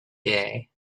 day